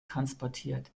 transportiert